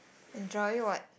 enjoy what